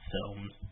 films